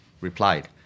replied